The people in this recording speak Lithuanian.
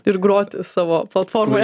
ir groti savo platformoje